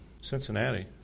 Cincinnati